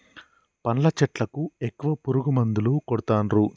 పండ్ల చెట్లకు ఎక్కువ పురుగు మందులు కొడుతాన్రు